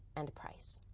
and price.